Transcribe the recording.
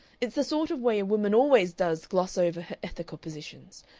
it's the sort of way a woman always does gloss over her ethical positions.